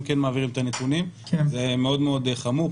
כן מעבירים את הנתונים וזה מאוד מאוד חמור.